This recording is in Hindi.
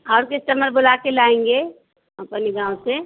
और कस्टमर बुलाकर लाएँगे अपने गाँव से